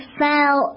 fell